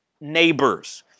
neighbors